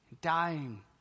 dying